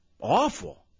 awful